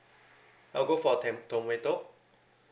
I'll go for to~ tomato